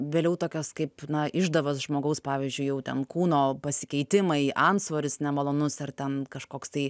vėliau tokios kaip na išdavos žmogaus pavyzdžiui jau ten kūno pasikeitimai antsvoris nemalonus ar ten kažkoks tai